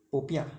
popiah